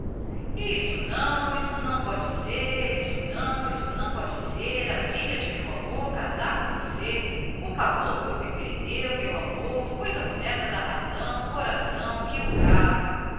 isto não isto não pode sê isto não isto não pode sê a filha de meu amo casar com você o caboclo me prendeu meu amor foi tão certa da razão coração que o cabo